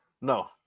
No